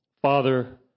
Father